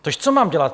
Tož co mám dělat?